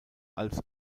als